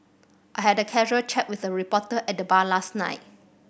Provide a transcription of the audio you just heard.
I had a casual chat with a reporter at the bar last night